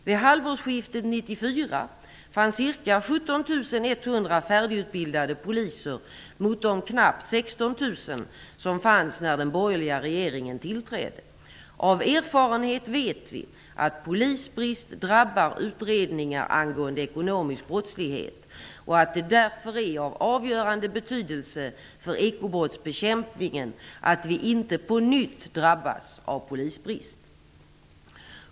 Vid halvårsskiftet 1994 fanns ca 17 100 färdigutbildade poliser mot de knappt 16 000 som fanns när den borgerliga regeringen tillträdde. Av erfarenhet vet vi att polisbrist drabbar utredningar angående ekonomisk brottslighet och att det därför är av avgörande betydelse för ekobrottsbekämpningen att vi inte på nytt drabbas av polisbrist.